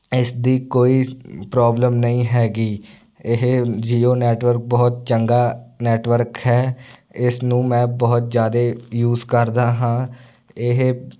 ਇਸ ਦੀ ਕੋਈ ਪ੍ਰੋਬਲਮ ਨਹੀਂ ਹੈਗੀ ਇਹ ਜੀਓ ਨੈਟਵਰਕ ਬਹੁਤ ਚੰਗਾ ਨੈਟਵਰਕ ਹੈ ਇਸ ਨੂੰ ਮੈਂ ਬਹੁਤ ਜ਼ਿਆਦਾ ਯੂਜ ਕਰਦਾ ਹਾਂ ਇਹ